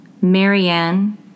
Marianne